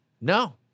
no